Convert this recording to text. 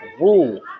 rule